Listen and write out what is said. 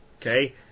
okay